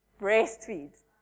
breastfeed